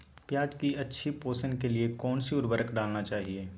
प्याज की अच्छी पोषण के लिए कौन सी उर्वरक डालना चाइए?